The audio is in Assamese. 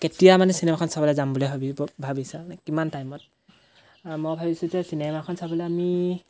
কেতিয়া মানে চিনেমাখন চাবলৈ যাম বুলি ভাবিব ভাবিছোঁ মানে কিমান টাইমত মই ভাবিছোঁ যে চিনেমাখন চাবলৈ আমি